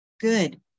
good